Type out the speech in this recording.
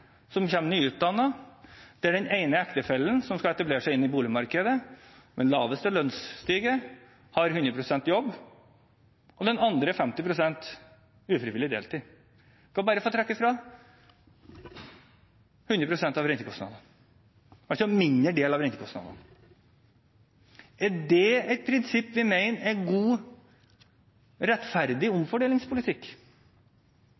som er nyutdannet, som skal etablere seg på boligmarkedet, der den ene ektefellen, med laveste lønnsstige, har 100 pst. jobb og den andre 50 pst. ufrivillig deltid, skal få trekke fra bare 100 pst. av rentekostnadene, altså en mindre del av rentekostnadene? Er det et prinsipp vi mener er god og rettferdig omfordelingspolitikk?